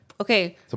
Okay